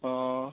অঁ